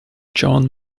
john